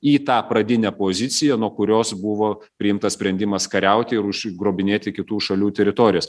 į tą pradinę poziciją nuo kurios buvo priimtas sprendimas kariauti ir užgrobinėti kitų šalių teritorijas